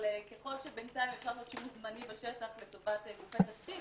אבל ככל שבינתיים אפשר לעשות שימוש זמני בשטח לטובת גופי תשתיות,